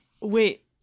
Wait